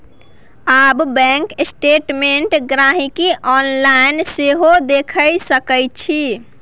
आब bank statement गांहिकी online सेहो देखि सकै छै